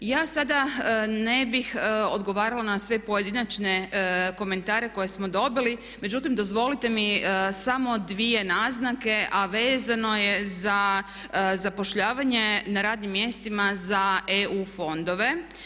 Ja sada ne bih odgovarala na sve pojedinačne komentare koje smo dobili, međutim dozvolite mi samo dvije naznake a vezano je za zapošljavanje na radnim mjestima za EU fondove.